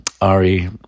Ari